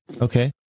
Okay